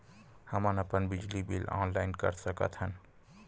हमन अपन बिजली बिल ऑनलाइन कर सकत हन?